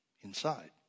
Inside